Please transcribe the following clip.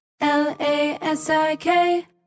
L-A-S-I-K